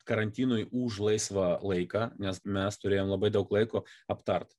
karantinui už laisvą laiką nes mes turėjom labai daug laiko aptart